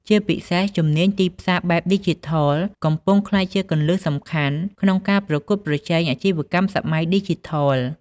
ជាពិសេស ជំនាញ ទីផ្សារបែបឌីជីថល កំពុងក្លាយជាគន្លឹះសំខាន់ក្នុងការប្រកួតប្រជែងអាជីវកម្មសម័យឌីជីថល។